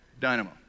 Dynamo